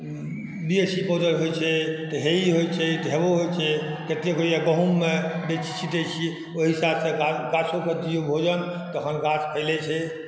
B A C powder होइ छै तऽ हे ई होइ छै तऽ हे ओ होइ छै गहूॅंममे छिटै छियै ओहि हिसाबसँ गाछोके दियौ भोजन तहन गाछ फैलै छै